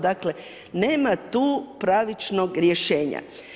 Dakle, nema tu pravičnog rješenja.